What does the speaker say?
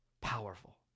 powerful